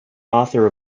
author